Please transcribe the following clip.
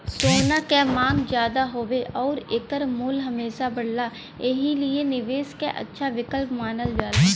सोना क मांग जादा हउवे आउर एकर मूल्य हमेशा बढ़ला एही लिए निवेश क अच्छा विकल्प मानल जाला